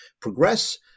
progress